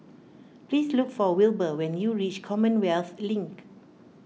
please look for Wilber when you reach Commonwealth Link